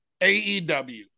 AEW